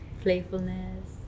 playfulness